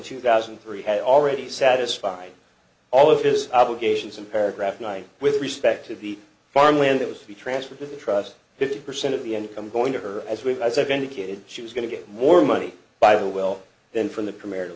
two thousand and three had already satisfied all of his obligations in paragraph night with respect to the farmland that was to be transferred the trust fifty percent of the income going to her as we've indicated she was going to get more money by oh well then from the prem